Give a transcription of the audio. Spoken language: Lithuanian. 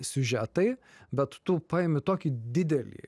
siužetai bet tu paimi tokį didelį